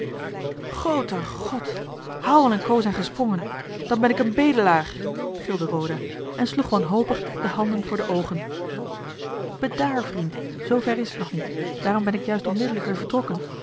groote god howell en co zijn gesprongen dan ben ik een bedelaar gilde roda en sloeg wanhopig de handen voor de oogen bedaar vriend zoo ver is t nog niet daarom ben ik juist onmiddellijk weer vertrokken